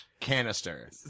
Canister